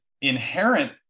inherent